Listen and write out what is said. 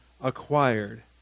acquired